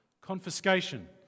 Confiscation